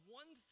one